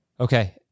Okay